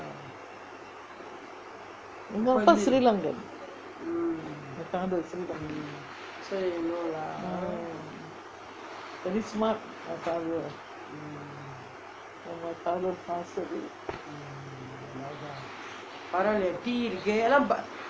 எங்க அப்பா:enga appa sri lankan my father sri lankan mm very smart my father but my father passed away